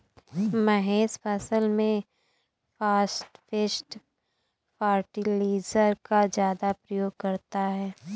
महेश फसल में phosphate fertiliser का ज्यादा प्रयोग करता है